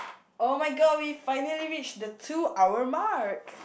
oh-my-god we finally reach the two hour mark